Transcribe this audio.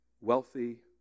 wealthy